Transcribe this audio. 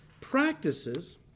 practices